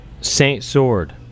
Saint-Sword